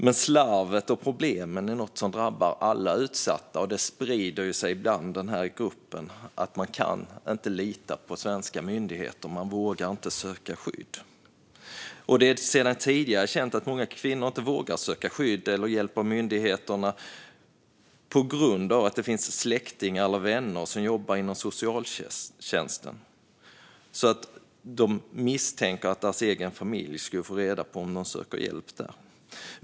Men slarvet och problemen är något som drabbar alla utsatta, och det sprider sig i den här gruppen att man inte kan lita på svenska myndigheter. Man vågar inte söka skydd. Det är sedan tidigare känt att många kvinnor inte vågar söka skydd eller hjälp hos myndigheterna på grund av att de har släktingar eller vänner som jobbar inom socialtjänsten och därför misstänker att deras egen familj skulle få reda på om de söker hjälp där.